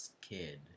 kid